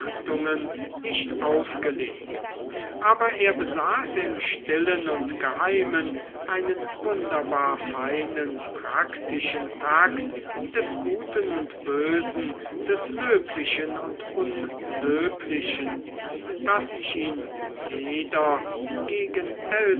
nicht aufgelegt aber er besaß im stillen und geheimen einen wunderbar feinen praktischen takt des guten und bösen des löblichen und unlöblichen daß ich ihn weder gegen